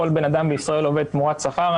כל בן אדם בישראל עובד תמורת שכר,